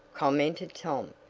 commented tom,